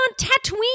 Tatooine